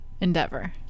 endeavor